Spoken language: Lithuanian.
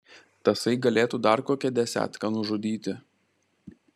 tasai galėtų dar kokią desetką nužudyti